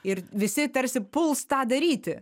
ir visi tarsi puls tą daryti